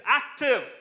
active